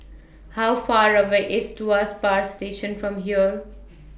How Far away IS Tuas Power Station from here